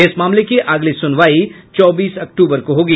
इस मामले की अगली सुनवाई चौबीस अक्टूबर को होगी